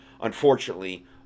unfortunately